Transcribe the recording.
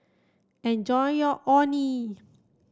enjoy your Orh Nee